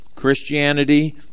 christianity